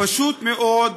פשוט מאוד,